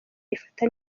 ifata